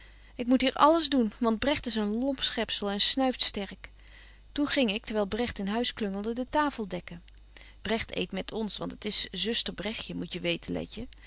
ik moet hier alles doen want bregt is een lomp schepsel en snuift sterk toen ging ik terwyl bregt in huis klungelde de tafel dekken bregt eet met ons want het is zuster betje wolff en aagje